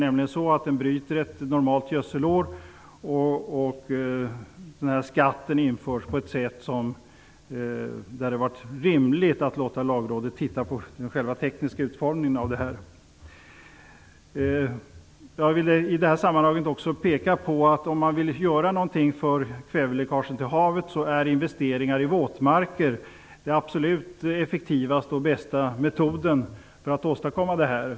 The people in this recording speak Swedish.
Man bryter nämligen ett normalt gödselår. Den här skatten införs på ett sådant sätt att det hade varit rimligt att låta Lagrådet titta på den tekniska utformningen av förslaget. Jag vill i detta sammanhang också peka på att investeringar i våtmarker är den absolut effektivaste och bästa metoden om man vill göra någonting åt kväveläckaget i havet.